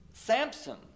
Samson